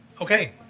Okay